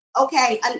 okay